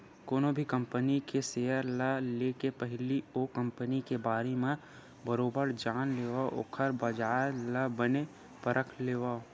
कोनो भी कंपनी के सेयर ल लेके पहिली ओ कंपनी के बारे म बरोबर जान लेवय ओखर बजार ल बने परख लेवय